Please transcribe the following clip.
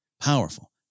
Powerful